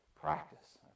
practice